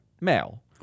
male